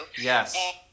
yes